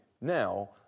now